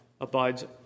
abides